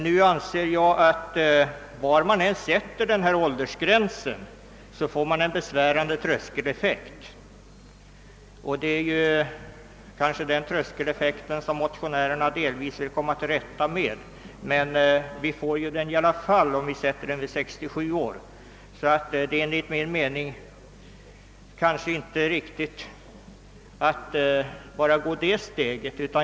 Jag anser dock att var än åldersgränsen sättes får man en besvärande tröskeleffekt. Det är kanske den effekten motionärerna vill komma till rätta med, men vi får den även om vi sätter gränsen vid 67 år. Enligt min mening är det därför inte tillräckligt att bara gå det steget.